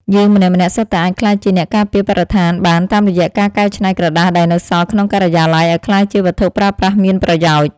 យើងម្នាក់ៗសុទ្ធតែអាចក្លាយជាអ្នកការពារបរិស្ថានបានតាមរយៈការកែច្នៃក្រដាសដែលនៅសល់ក្នុងការិយាល័យឱ្យក្លាយជាវត្ថុប្រើប្រាស់មានប្រយោជន៍។